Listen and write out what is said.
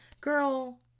girl